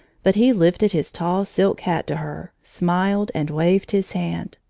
but he lifted his tall silk hat to her, smiled, and waved his hand.